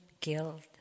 guilt